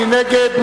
מי נגד?